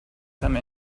come